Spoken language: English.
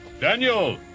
Daniel